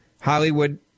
Hollywood